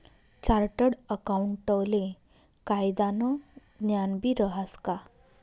chartered अकाऊंटले कायदानं ज्ञानबी रहास का